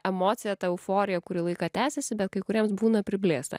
emocija ta euforija kurį laiką tęsiasi bet kai kuriems būna priblėsa